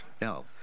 No